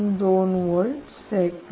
2 volt set होईल